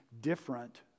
different